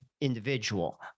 individual